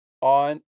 on